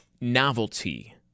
novelty